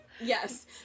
Yes